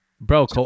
Bro